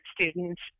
students